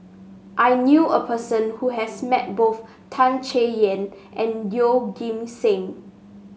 I knew a person who has met both Tan Chay Yan and Yeoh Ghim Seng